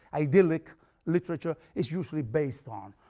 idyllic literature is usually based on,